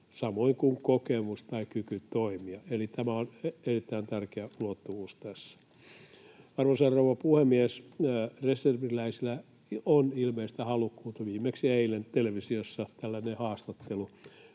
samoin kuin kokemus tai kyky toimia, eli tämä on erittäin tärkeä ulottuvuus tässä. Arvoisa rouva puhemies! Reserviläisillä on ilmeistä halukkuutta — viimeksi eilen televisiossa tällainen haastattelu